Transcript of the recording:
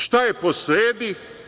Šta je posredi?